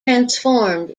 transformed